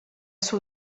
suo